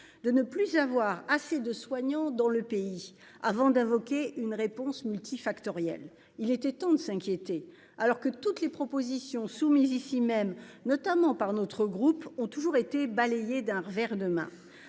de ne plus avoir assez de soignants dans le pays avant d'invoquer une réponse multifactoriel. Il était temps de s'inquiéter alors que toutes les propositions soumises ici même notamment par notre groupe ont toujours été balayées d'un revers de main.